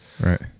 Right